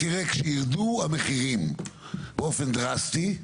כשירדו המחירים באופן דרסטי,